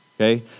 okay